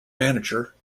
manager